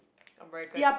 American